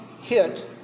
hit